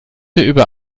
über